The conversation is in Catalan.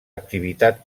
activitat